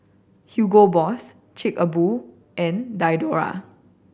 Hugo Boss Chic a Boo and Diadora